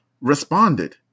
responded